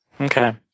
Okay